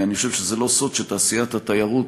אני חושב שזה לא סוד שתעשיית התיירות